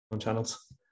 channels